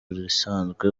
risanzwe